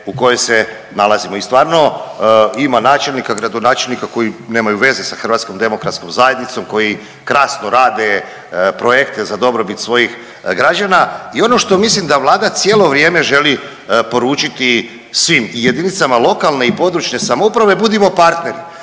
u kojoj se nalazimo. I stvarno ima načelnika, gradonačelnika koji nemaju veze sa Hrvatskom demokratskom zajednicom, koji krasno rade projekte za dobrobit svojih građana. I ono što mislim da Vlada cijelo vrijeme želi poručiti svim i jedinicama lokalne i područne samouprave budimo partneri,